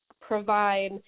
provide